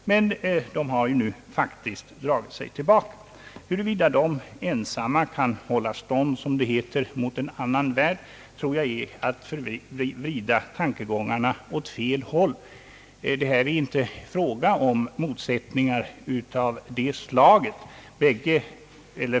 Men de har nu faktiskt dragit sig tillbaka. Huruvida de ensamma kan hålla stånd mot, som det heter, en annan värld tror jag är att vrida tankegångarna åt fel håll. Det är inte fråga om motsättningar av det slaget.